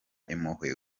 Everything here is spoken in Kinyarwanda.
impuhwe